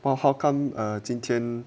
well how come ah 今天